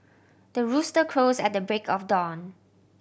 the rooster crows at the break of dawn